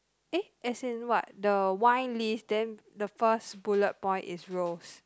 eh as in what the wine list then the first bullet point is rose